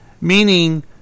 Meaning